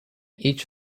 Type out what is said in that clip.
each